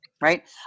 right